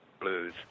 Blues